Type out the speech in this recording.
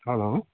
hello